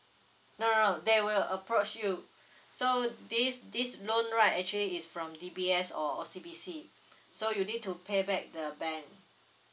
no no no they will approach you so this this loan right actually is from D_B_S or O_C_B_C so you need to pay back the bank